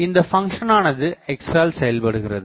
இந்தப் பங்ஷன் ஆனது x ஆல் செயல்படுகிறது